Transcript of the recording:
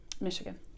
Michigan